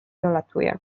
dolatuje